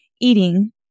eating